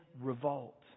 revolt